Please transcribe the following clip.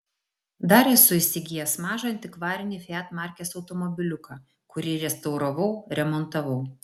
dar esu įsigijęs mažą antikvarinį fiat markės automobiliuką kurį restauravau remontavau